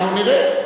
אנחנו נראה,